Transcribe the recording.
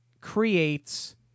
creates